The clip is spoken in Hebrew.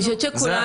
זה העניין.